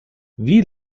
wie